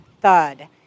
thud